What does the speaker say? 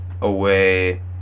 away